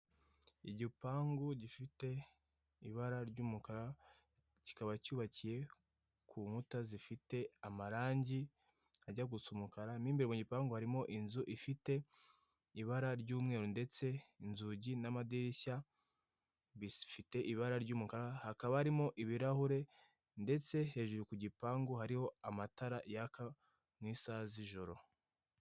Igipangu gifite ibara ry'umukara, kikaba cyubakiye ku nkuta zifite amarangi ajya gusa umukara, mu imbere mu gipangu harimo inzu ifite ibara ry'umweru ndetse inzugi n'amadirishya bisifite ibara ry'umukara hakaba harimo ibirahure, ndetse hejuru ku gipangu hariho amatara yaka mu isaha z'ijoro.